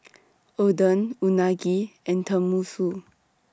Oden Unagi and Tenmusu